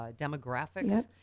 demographics